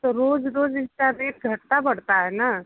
तो रोज़ रोज़ इसका रेट घटता बढ़ता है ना